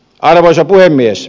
arvoisa puhemies